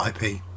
IP